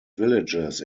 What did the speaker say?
villages